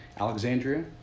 Alexandria